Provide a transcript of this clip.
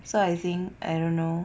so I think I don't know